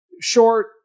short